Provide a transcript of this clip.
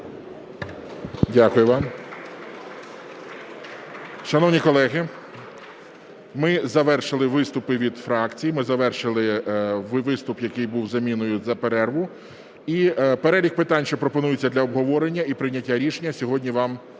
Дякую вам. Шановні колеги, ми завершили виступи від фракцій, ми завершили виступ, який був заміною за перерву, і перелік питань, що пропонуються для обговорення і прийняття рішення, сьогодні вам надано.